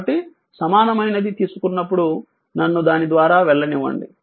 కాబట్టి సమానమైనది తీసుకున్నప్పుడు నన్ను దాని ద్వారా వెళ్లనివ్వండి